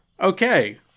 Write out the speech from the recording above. Okay